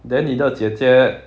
then 你的姐姐